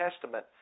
Testament